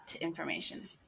information